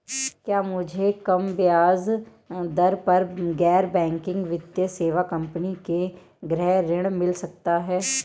क्या मुझे कम ब्याज दर पर गैर बैंकिंग वित्तीय सेवा कंपनी से गृह ऋण मिल सकता है?